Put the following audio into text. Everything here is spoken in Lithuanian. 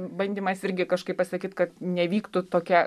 bandymas irgi kažkaip pasakyt kad nevyktų tokie